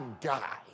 guy